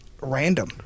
random